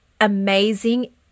amazing